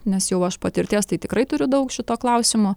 nes jau aš patirties tai tikrai turiu daug šituo klausimu